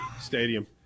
Stadium